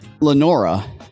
Lenora